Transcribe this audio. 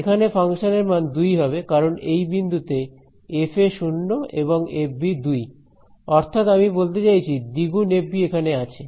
এখানে ফাংশনের মান 2 হবে কারণ এই বিন্দুতে fa 0 এবং fb 2 অর্থাৎ আমি বলতে চাইছি দ্বিগুণ fb এখানে আছে